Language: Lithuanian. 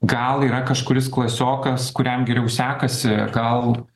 gal yra kažkuris klasiokas kuriam geriau sekasi gal